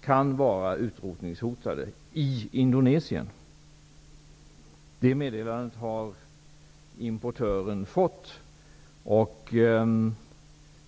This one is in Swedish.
kan vara utrotningshotade i Indonesien. Det meddelandet har importören fått.